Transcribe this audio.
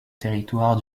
territoire